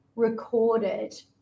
recorded